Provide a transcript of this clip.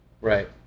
Right